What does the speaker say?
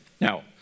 Now